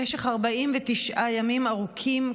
במשך 49 ימים ארוכים,